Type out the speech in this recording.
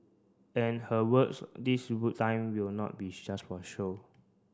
and her works this time will not be just for show